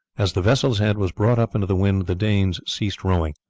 as the vessel's head was brought up into the wind the danes ceased rowing.